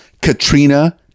Katrina